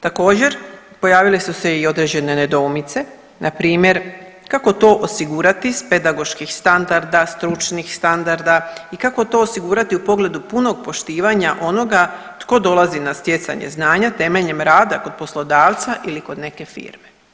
Također pojavile su se i određene nedoumice, npr. kako to osigurati s pedagoških standarda, stručnih standarda i kako to osigurati u pogledu punog poštivanja onoga tko dolazi na stjecanje znanja temeljem rada kod poslodavca ili kod neke firme?